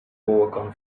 overcome